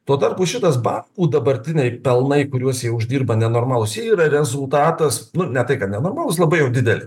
tuo tarpu šitas bankų dabartiniai pelnai kuriuos jie uždirba nenormalūs jie yra rezultatas nu ne tai kad nenormalūs labai jau dideli